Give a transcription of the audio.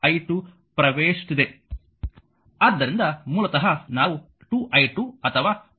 ಆದ್ದರಿಂದ ಮೂಲತಃ ನಾವು 2i2 ಅಥವಾ v0 ಅನ್ನು ಬರೆಯಬಹುದು